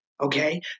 Okay